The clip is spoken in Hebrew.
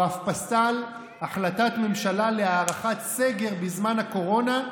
הוא אף פסל החלטת ממשלה להארכת סגר בזמן הקורונה,